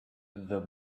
the